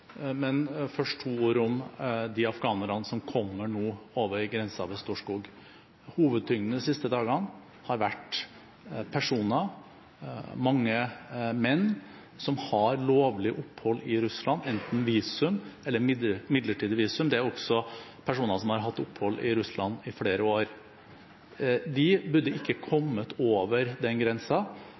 Men først to ord om de afghanerne som nå kommer over grensen ved Storskog. Hovedtyngden de siste dagene har vært personer, mange menn, som har lovlig opphold i Russland, enten visum eller midlertidig visum. Det er også personer som har hatt opphold i Russland i flere år. De burde ikke kommet over